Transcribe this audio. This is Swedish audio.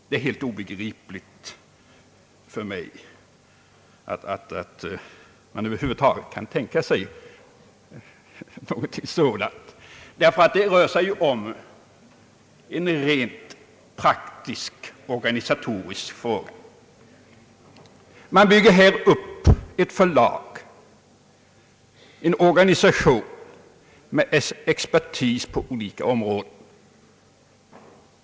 Det är helt obegripligt att man över huvud taget kan tänka sig någonting sådant, ty det rör sig ju om en rent praktisk organisatorisk fråga. Man bygger här upp ett förlag, en organisation, med expertis på olika områden.